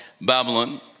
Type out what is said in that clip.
Babylon